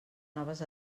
noves